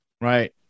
Right